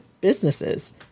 businesses